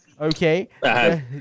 Okay